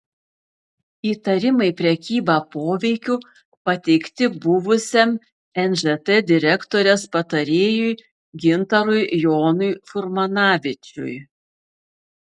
įtarimai prekyba poveikiu pateikti buvusiam nžt direktorės patarėjui gintarui jonui furmanavičiui